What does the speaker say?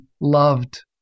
loved